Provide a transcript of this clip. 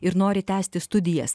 ir nori tęsti studijas